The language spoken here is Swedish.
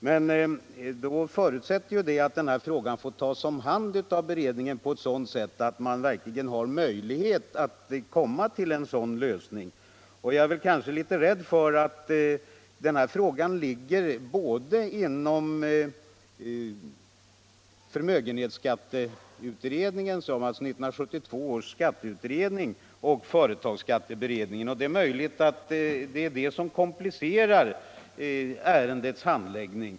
Men då förutsätter det att frågan får tas om hand av företagsskatteberedningen på ett sådant sätt att man verkligen har möjlighet att nå en sådan lösning. Jag är emellertid rädd för att frågan ligger inom såväl 1972 års skatteutrednings som företagsskatteberedningens område, och att det är detta som komplicerar ärendets handläggning.